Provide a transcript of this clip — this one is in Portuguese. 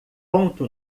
ponto